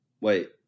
wait